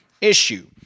issue